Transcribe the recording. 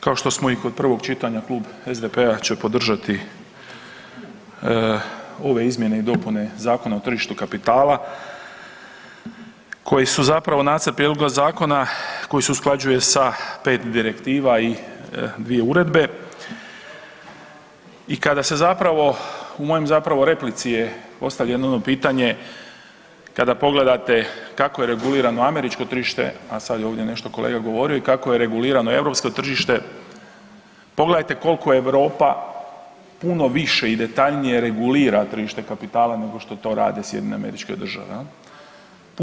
Kao što smo i kod prvog čitanja, klub SDP-a će podržati ove izmjene i dopune Zakona o tržištu kapitala koje su zapravo nacrt prijedloga zakona koji se usklađuje sa 5 direktiva i 2 uredbe i kada se zapravo, u mojoj zapravo replici je ostavljeno ono pitanje, kada pogledate kako je regulirano američko tržište a sad je ovdje nešto kolega govorio i kako je regulirano europsko tržište, pogledajte koliko Europa puno više i detaljnije regulira tržište kapitala nego što to rade SAD, jel.